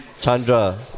Chandra